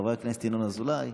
חבר הכנסת ינון אזולאי.